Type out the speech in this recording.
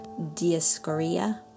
Diascoria